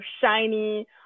shiny